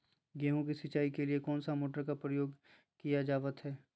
गेहूं के सिंचाई के लिए कौन सा मोटर का प्रयोग किया जावत है?